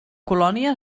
colònia